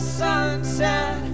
sunset